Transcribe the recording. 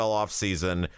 offseason